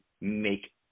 make